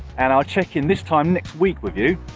and i'll check in this time next week with you,